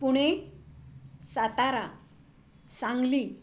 Pune Satara Sangli